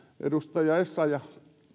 edustaja essayah